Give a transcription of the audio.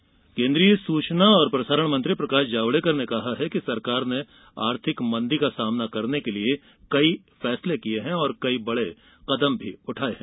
जावड़ेकर केन्द्रीय सूचना और प्रसारण मंत्री प्रकाश जावड़ेकर ने कहा है कि सरकार ने आर्थिक मंदी का सामना करने के लिए कई फैसले किये हैं और कई कदम उठाये हैं